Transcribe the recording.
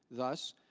thus,